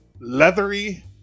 leathery